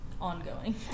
ongoing